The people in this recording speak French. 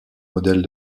modèles